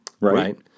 right